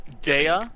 Dea